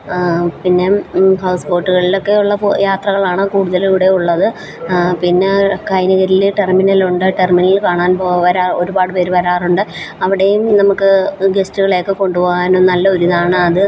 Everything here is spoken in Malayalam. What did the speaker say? പിന്നെ ഹൗസ് ബോട്ടുകളിലക്കെ ഉള്ള യാത്രകളാണ് കൂടുതൽ ഇവിടെ ഉള്ളത് പിന്നെ കൈനഗിരിൽ ടെർമിനലൊണ്ട് ടെർമിനൽ കാണാൻ വരാൻ ഒരുപാട് പേര് വരാറുണ്ട് അവിടെയും നമുക്ക് ഗെസ്റ്റുകളൊക്കെ കൊണ്ട് പോകാനും നല്ല ഒരു ഇതാണ് അത്